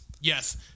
Yes